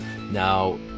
Now